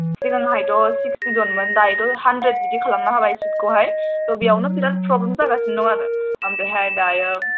सिगांहायथ' sixty जनमोन दायोथ' hundred बिदि खालामना होबाय सिट खौहाय थ' बेयावनो बिराद प्रब्लेम जागासिनो दं आरो ओमफ्रायहाय दायो